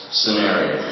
scenario